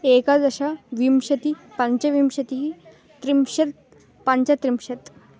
एकादश विंशतिः पञ्चविंशतिः त्रिंशत् पञ्चत्रिंशत्